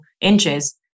inches